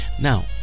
Now